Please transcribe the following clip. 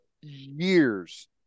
years